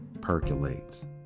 percolates